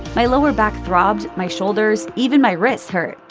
my lower back throbbed my shoulders even my wrists hurt.